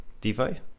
DeFi